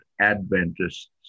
Adventists